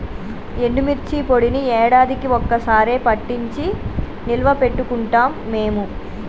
ఎండుమిర్చి పొడిని యాడాదికీ ఒక్క సారె పట్టించి నిల్వ పెట్టుకుంటాం మేము